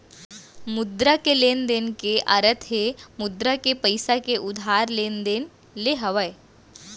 मुद्रा के लेन देन के अरथ हे मुद्रा के पइसा के उधार लेन देन ले हावय